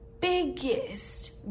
biggest